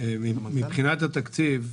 מבחינת התקציב,